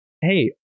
Hey